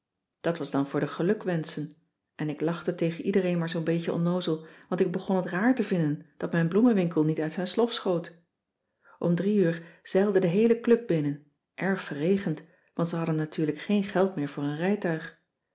dat was dan voor de gelukwenschen en ik lachte tegen iedereen maar zoo'n beetje onnoozel want ik begon het raar te vinden dat mijn bloemenwinkel niet uit zijn slof schoot om drie uur zeilde de heele club binnen erg verregend want ze hadden natuurlijk geen geld meer voor een rijtuig